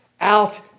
out